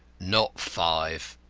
not five.